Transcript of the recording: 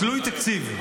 תלוי תקציב.